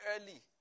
early